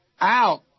out